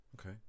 okay